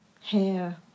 hair